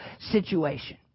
situation